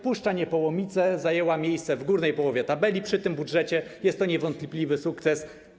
Puszcza Niepołomice zajęła miejsce w górnej połowie tabeli, przy tym budżecie jest to niewątpliwy sukces.